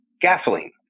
gasoline